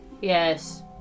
Yes